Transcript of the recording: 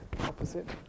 opposite